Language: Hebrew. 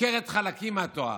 עוקרת חלקים מהתורה,